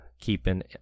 keeping